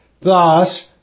Thus